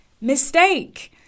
mistake